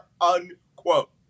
unquote